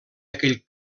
aquell